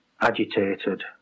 agitated